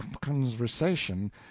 conversation